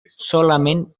solament